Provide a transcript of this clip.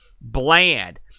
bland